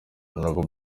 ntabwo